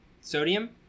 Sodium